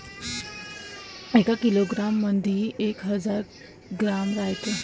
एका किलोग्रॅम मंधी एक हजार ग्रॅम रायते